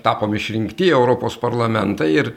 tapom išrinkti į europos parlamentą ir